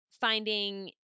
finding